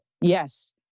yes